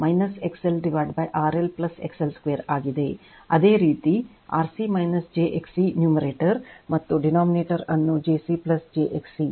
ಅದೇ ರೀತಿ RC j XC numerator ಮತ್ತು ಡಿನಾಮಿನೇಟರ್ ಅನ್ನು RC j XC